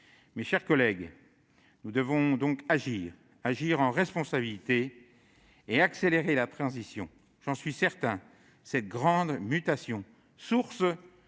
Mes chers collègues, nous devons donc agir en responsabilité et accélérer la transition. J'en suis certain, cette grande mutation, source